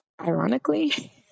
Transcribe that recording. ironically